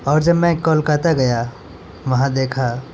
اور جب میں کولکاتہ گیا وہاں دیکھا